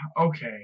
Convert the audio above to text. okay